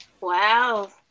Wow